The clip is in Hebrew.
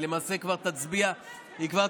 היא למעשה כבר תצביע באי-אמון.